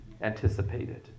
anticipated